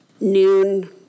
Noon